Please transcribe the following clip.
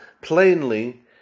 plainly